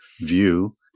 view